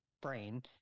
brain